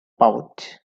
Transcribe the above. pouch